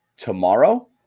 tomorrow